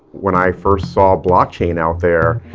when i first saw blockchain out there,